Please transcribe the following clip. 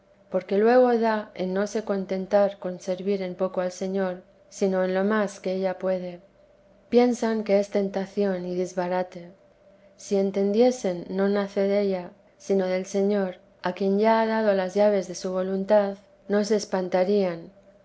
porque luego da en no se contentar con servir en poco al señor sino en lo más que ella puede piensan que es tentación y disbarate si entendiesen no nace della sino del señor a quien ya ha dado las llaves de su voluntad no se